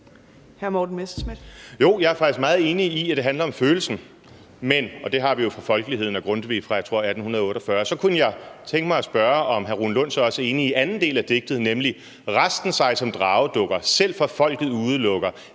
faktisk meget enig i, at det handler om følelsen, og det har vi jo fra »Folkeligheden« af Grundtvig fra 1848, tror jeg. Men så kunne jeg tænke mig at spørge, om hr. Rune Lund så også er enig i anden halvdel af digtet, nemlig: Resten sig som dragedukker, selv fra folket udelukker,